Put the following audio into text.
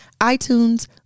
iTunes